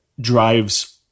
drives